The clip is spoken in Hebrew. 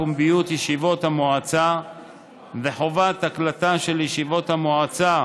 פומביות ישיבות המועצה וחובת הקלטה של ישיבות המועצה,